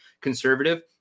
conservative